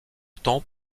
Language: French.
temps